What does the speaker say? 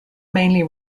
mainly